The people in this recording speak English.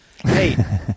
Hey